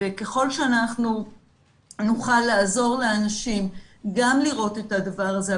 ככל שאנחנו נוכל לעזור לאנשים גם לראות את הדבר הזה,